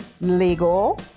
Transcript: legal